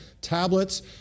tablets